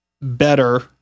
better